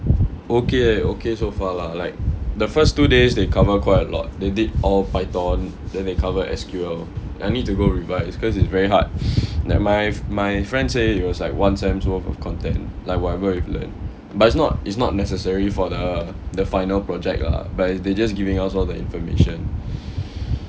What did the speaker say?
okay eh okay so far lah like the first two days they cover quite a lot they did all python then they cover S_Q_L I need to go revise cause it's very hard my my friend say it was like one sem's worth of content like whatever we've learnt but it's not it's not necessary for the the final project ah but they just giving us all the information